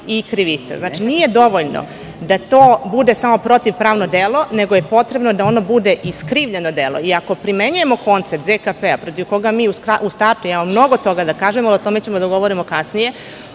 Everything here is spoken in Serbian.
i krivica. Znači, nije dovoljno da to bude samo protivpravno delo, nego je potrebno da ono bude i skrivljeno delo. I, ako primenjujemo koncept ZKP, protiv koga mi u startu imamo mnogo toga da kažemo, a o tome ćemo da govorimo kasnije,